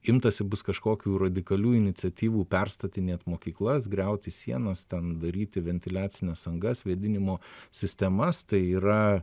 imtasi bus kažkokių radikalių iniciatyvų perstatinėt mokyklas griauti sienas ten daryti ventiliacines angas vėdinimo sistemas tai yra